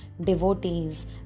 devotees